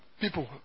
people